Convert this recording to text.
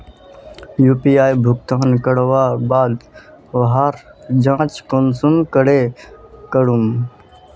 UPI भुगतान करवार बाद वहार जाँच कुंसम करे करूम?